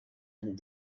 and